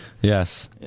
Yes